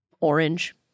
orange